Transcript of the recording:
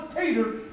Peter